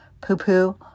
poo-poo